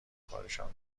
کارشان